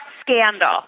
Scandal